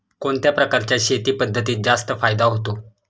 कोणत्या प्रकारच्या शेती पद्धतीत जास्त फायदा होतो?